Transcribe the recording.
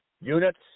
units